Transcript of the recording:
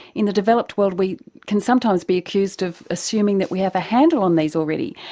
in the developed world we can sometimes be accused of assuming that we have a handle on these already,